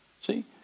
See